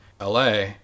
LA